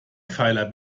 pfeiler